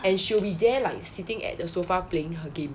and she'll be there like sitting at the sofa playing her game